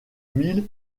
mille